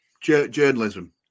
Journalism